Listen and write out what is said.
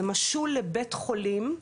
זה משול לבית חולים.